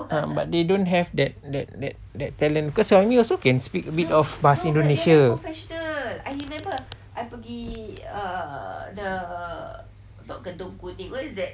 ah but they don't have that that that talent because suhaimi also can speak a bit of bahasa indonesia